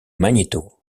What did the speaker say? magneto